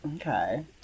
Okay